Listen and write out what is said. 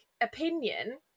opinion